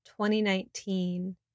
2019